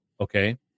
Okay